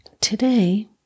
today